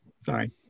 Sorry